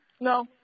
no